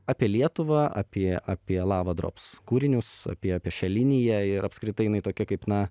apie lietuvą apie apie lava drops kūrinius apie šią liniją ir apskritai jinai tokia kaip na